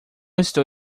estou